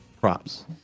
props